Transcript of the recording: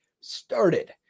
started